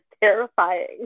terrifying